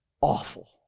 awful